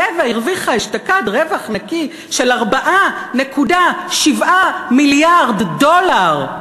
"טבע" הרוויחה אשתקד רווח נקי של 4.7 מיליארד דולר,